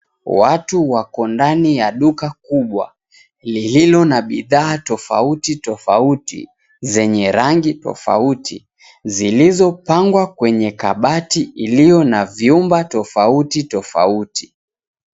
Watu wako ndani ya duka kubwa, lililo na bidhaa tofauti tofauti, zenye rangi tofauti, zilizopangwa kwenye kabati iliyo na vyumba tofauti tofauti.